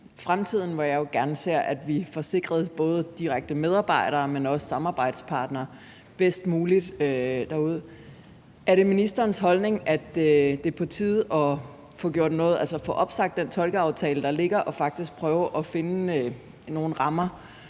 fremtiden, hvor jeg jo gerne ser, at vi får sikret både direkte medarbejdere, men også samarbejdspartnere bedst muligt derude. Er det ministerens holdning, at det er på tide at få opsagt den tolkeaftale, der ligger, og faktisk prøve at finde nogle rammer